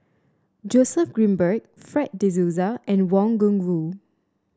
Joseph Grimberg Fred De Souza and Wang Gungwu